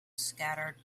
scattered